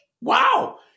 Wow